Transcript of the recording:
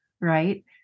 right